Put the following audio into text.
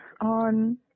on